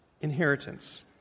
inheritance